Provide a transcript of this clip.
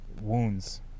wounds